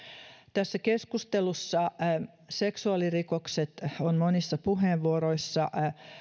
tässä keskustelussa seksuaalirikokset on monissa puheenvuoroissa